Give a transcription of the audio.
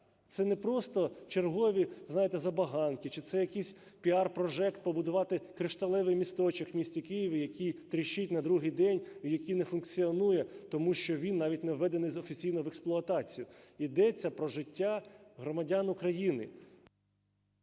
Це не просто чергові, знаєте, забаганки чи це якийсь піар-прожект побудувати кришталевий місточок в місті Києві, який тріщить на другий день і який не функціонує, тому що він навіть не введений офіційно в експлуатацію. Йдеться про життя громадян України.